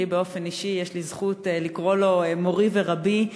לי באופן אישי יש זכות לקרוא לו מורי ורבי.